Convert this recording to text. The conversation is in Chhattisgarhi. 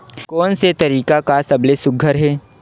कोन से तरीका का सबले सुघ्घर हे?